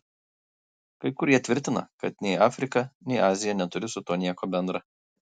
kai kurie tvirtina kad nei afrika nei azija neturi su tuo nieko bendra